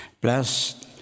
Bless